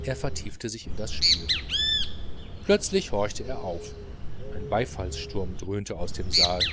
er vertiefte sich in das spiel plötzlich horchte er auf ein beifallssturm dröhnte aus dem saal